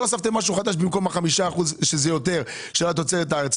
לא הוספתם משהו חדש במקום 5% יותר של תוצרת הארץ.